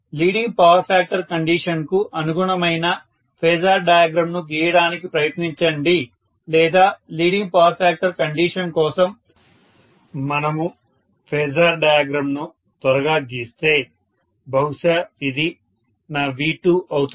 leading power factor కండీషన్కు అనుగుణమైన phasor diagram ను గీయడానికి ప్రయత్నించండి లేదా లీడింగ్ పవర్ ఫ్యాక్టర్ కండీషన్ కోసం మనము ఫేజార్ డయాగ్రమ్ ను త్వరగా గీస్తే బహుశా ఇది నా V2 అవుతుంది